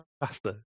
faster